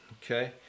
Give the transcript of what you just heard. okay